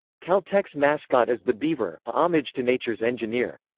caltech's mascot is the beaver, a homage to nature's engineer.